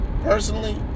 Personally